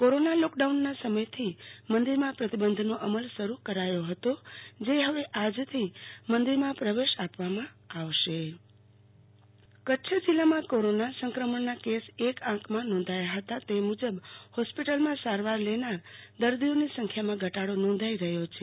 corona lockdown સમયથી મંદિરમાં પ્રતિબંધનો અમલ શરૂ કરાયો હતો જે આજ થી મંદિરમાં પ્રવેશ આપવામાં આવશે આરતી ભદ્દ જિલ્લા કોરોના કચ્છ જિલ્લામાં કોરોના સંક્રમણના કેસ એક આંકમાં નોંધાયા હતા તે મુજબ હોસ્પિટલમાં સારવાર લેનાર દર્દીઓની સંખ્યામાં ઘટાડો નોંધાઈ રહ્યો છે